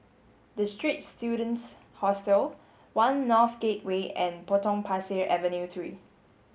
The Straits Students Hostel One North Gateway and Potong Pasir Avenue three